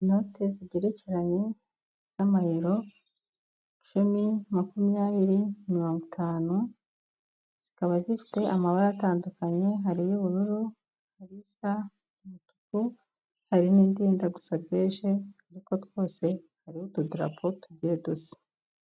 Inote zigerekeranye z'amayero, cumi makumyabiri mirongo itanu, zikaba zifite amabara atandukanye hari iy'ubururu, hari isa nk'umutuku, hari ijya gusa beje duko twose hari utudarapo tugiye dusa.